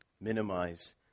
minimize